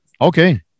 Okay